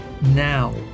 now